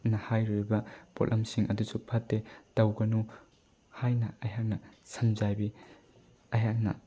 ꯅ ꯍꯥꯏꯔꯨꯔꯤꯕ ꯄꯣꯠꯂꯝꯁꯤꯡ ꯑꯗꯨꯁꯨ ꯐꯠꯇꯦ ꯇꯧꯒꯅꯨ ꯍꯥꯏꯅ ꯑꯩꯍꯥꯛꯅ ꯁꯝꯖꯥꯏꯕꯤ ꯑꯩꯍꯥꯛꯅ